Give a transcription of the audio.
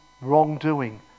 wrongdoing